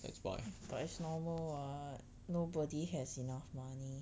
but it's normal what nobody has enough money